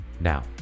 Now